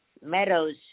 Meadows